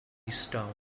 stone